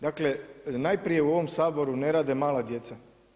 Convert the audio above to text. Dakle najprije u ovom Saboru ne rade mala djeca.